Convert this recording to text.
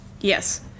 Yes